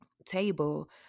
table